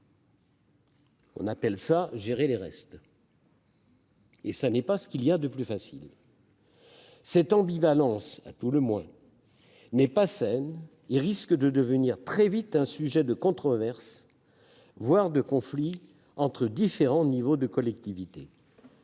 On appelle cela gérer les restes ; ce n'est pas ce qu'il y a de plus facile ! Une telle ambivalence- à tout le moins ! -n'est pas saine et risque de devenir très vite un sujet de controverses, voire de conflits entre différents échelons de collectivités.